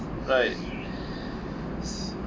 right